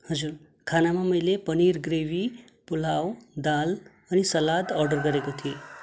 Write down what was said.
हजुर खानामा मैले पनिर ग्रेभी पुलाउ दाल अनि सलाद अर्डर गरेको थिएँ